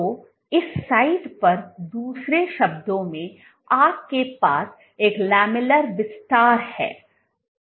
तो इस साइट पर दूसरे शब्दों में आपके पास एक लैमेलर विस्तार है